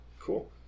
Cool